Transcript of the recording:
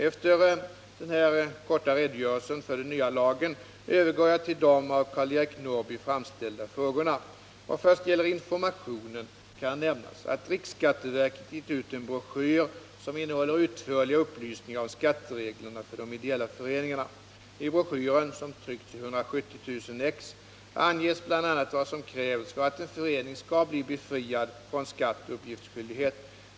Efter denna korta redogörelse för den nya lagen återgår jag till de av Karl Eric Norrby framställda frågorna. Vad först gäller informationen kan nämnas att riksskatteverket gett ut en broschyr som innehåller utförliga upplysningar om skattereglerna för de ideella föreningarna. I broschyren, som tryckts i 170 000 exemplar, anges bl.a. vad som krävs för att en förening skall bli befriad från skatt och uppgiftsskyldighet.